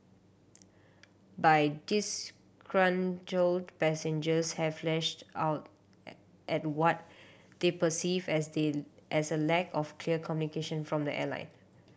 by disgruntled passengers have lashed out at what they perceived as the as a lack of clear communication from the airline